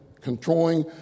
controlling